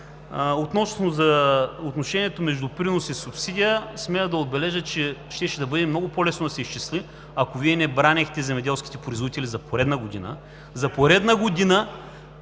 отношението между принос и субсидия – смея да отбележа, че щеше да бъде много по-лесно да се изчисли, ако Вие не бранехте земеделските производители за поредна година. ХАСАН АДЕМОВ